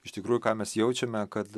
iš tikrųjų ką mes jaučiame kad